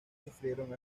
sufrieron